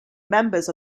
members